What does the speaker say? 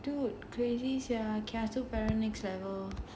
dude crazy sia kiasu parents next level